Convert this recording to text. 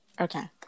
Okay